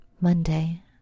Monday